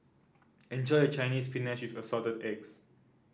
enjoy your Chinese Spinach with Assorted Eggs